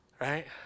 Right